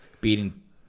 beating